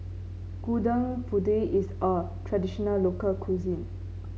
Gudeg Putih is a traditional local cuisine